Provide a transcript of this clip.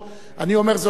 אני אומר זאת בשמי,